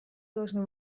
должны